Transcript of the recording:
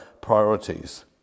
priorities